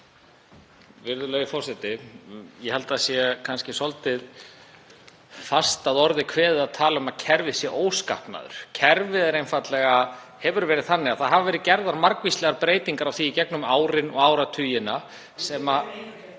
Virðulegi forseti. Ég held að það sé kannski svolítið fast að orði kveðið að tala um að kerfið sé óskapnaður. Kerfið hefur verið þannig að gerðar hafa verið margvíslegar breytingar á því í gegnum árin og áratugina sem